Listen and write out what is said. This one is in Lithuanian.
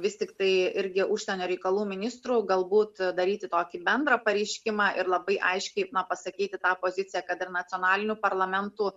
vis tiktai irgi užsienio reikalų ministrų galbūt daryti tokį bendrą pareiškimą ir labai aiškiai pasakyti tą poziciją kad ir nacionalinių parlamentų